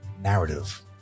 narrative